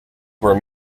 were